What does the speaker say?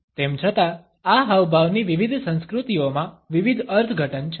તેમ છતાં આ હાવભાવની વિવિધ સંસ્કૃતિઓમાં વિવિધ અર્થઘટન છે